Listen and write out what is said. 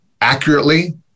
accurately